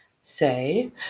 say